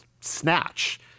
Snatch